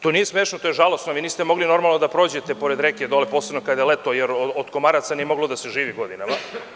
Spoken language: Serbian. To nije smešno, to je žalosno, vi niste mogli normalno da prođete pored reke, posebno kada je leto jer od komaraca nije moglo da se živi godinama.